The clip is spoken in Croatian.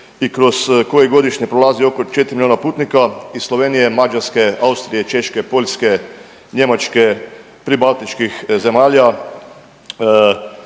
i kroz koji godišnje prolazi oko 4 miliona putnika iz Slovenije, Mađarske, Austrije, Češke, Poljske, Njemačke, pribaltičkih zemalja,